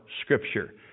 Scripture